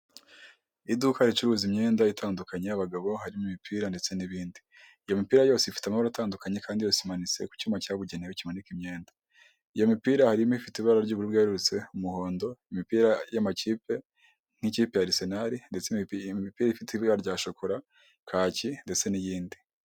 Iduka ricuruza imyenda itandukanye y'abagabo harimo imipira ndetse n'ibindi, iyo mipira yose ifite amabara atandukanye kandi yose imanitse ku cyuma cyabugenewe kimanika imyenda. Iyo mipira harimo ifite ibara ry'ubururu bwerurutse, umuhondo n'imipira y'amakipe nk'ikipe ya arisenari ndetse n'andi makipe, imipira ifite ibara rya shokora, kacyi ndetse n'iyindi.